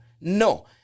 no